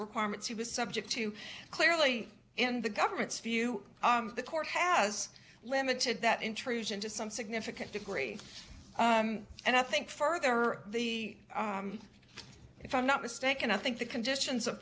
requirements he was subject to clearly in the government's view the court has limited that intrusion to some significant degree and i think further the if i'm not mistaken i think the conditions of